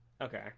Okay